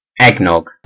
Eggnog